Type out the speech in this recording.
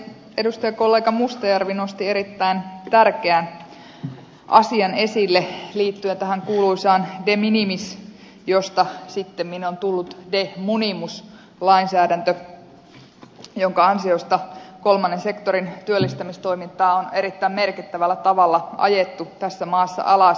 edustajakollega mustajärvi nosti erittäin tärkeän asian esille liittyen tähän kuuluisaan de minimis lainsäädäntöön josta sittemmin on tullut de munimus lainsäädäntö jonka ansiosta kolmannen sektorin työllistämistoimintaa on erittäin merkittävällä tavalla ajettu tässä maassa alas